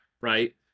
right